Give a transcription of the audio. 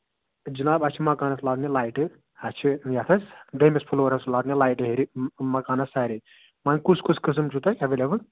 جناب اَسہِ چھِ مَکانَس لاگنہِ لایٹہٕ اَسہِ چھِ یَتھ حظ دٔیمِس فٔلورَس لاگنہِ لایٹہٕ ہیٚرِ مکانس سارے وۄنۍ کُس کُس قسٕم چھُو تۄہہِ اٮ۪وٮ۪لٮ۪بٕل